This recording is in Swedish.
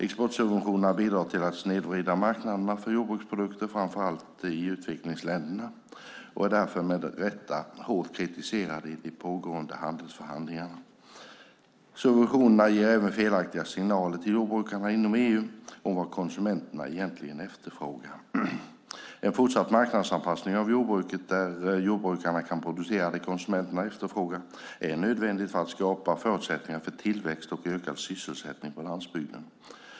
Exportsubventionerna bidrar till att snedvrida marknaderna för jordbruksprodukter framför allt i utvecklingsländerna och är därför med rätta hårt kritiserade i de pågående handelsförhandlingarna. Subventionerna ger även felaktiga signaler till jordbrukarna inom EU om vad konsumenterna egentligen efterfrågar. En fortsatt marknadsanpassning av jordbruket där jordbrukarna kan producera det konsumenterna efterfrågar är nödvändig för att skapa förutsättningar för tillväxt och ökad sysselsättning på landsbygden.